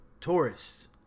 tourists